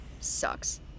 sucks